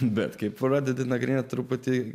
bet kai pradedi nagrinėti truputį